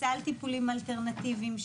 סל טיפולים אלטרנטיביים,